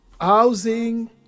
housing